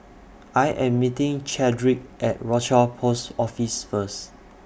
I Am meeting Chadrick At Rochor Post Office First